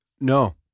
No